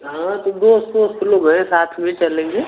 हाँ तो दोस्त वोस्त लोग हैं साथ में चलेंगे